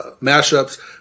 mashups